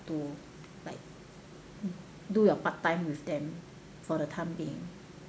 to like do your part time with them for the time being